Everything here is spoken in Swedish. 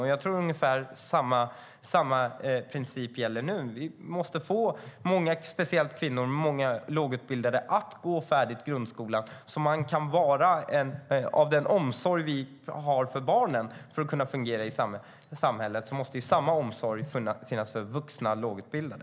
Jag tror att samma princip gäller nu. Vi måste få speciellt kvinnor och lågutbildade att gå färdigt grundskolan så att de kan fungera i samhället. Samma omsorg som vi har om barnen måste finnas för vuxna lågutbildade.